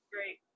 Great